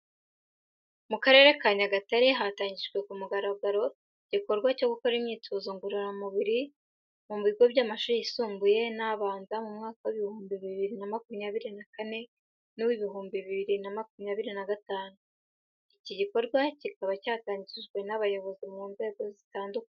Mu karere ka Nyagatare hatangijwe ku mugaragaro igikorwa cyo gukora imyitozo ngororamubiri mu bigo by'amashuri yisumbuye n'abanza mu mwaka w'amashuri w'ibihumbi bibiri na makumyabiri na kane n'uw'ibihumbi bibiri na makumyabiri na gatanu. Iki gikora kikaba cyatangijwe n'abayobozi mu nzego zitandukanye.